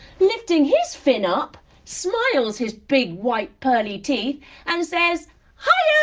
lifting his fin up, smiles his big white pearly teeth and says hiya